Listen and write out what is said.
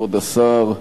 כבוד השר,